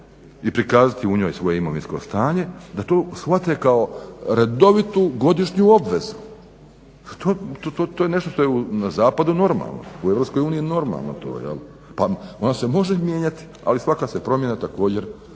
i prikazati u njoj svoje imovinsko stanje da to shvate kao redovitu godišnju obvezu. To je nešto što je na zapadu normalno, u Europske uniji je normalno, pa ono se može mijenjati, ali svaka se promjena također